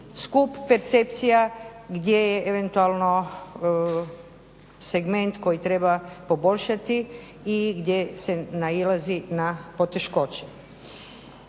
skup percepcija gdje je eventualno segment koji treba poboljšati i gdje se nailazi na poteškoće.